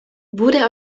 wurde